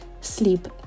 Sleep